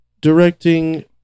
directing